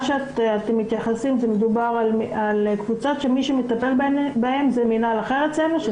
מה שאתם מתייחסים מדובר בקבוצות שמטופלות על-ידי מנהל אחר אצלנו.